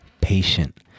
patient